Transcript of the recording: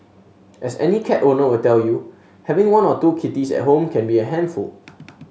as any cat owner will tell you having one or two kitties at home can be a handful